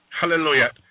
Hallelujah